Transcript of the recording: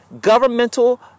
governmental